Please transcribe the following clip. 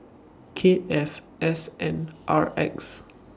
K F S N R X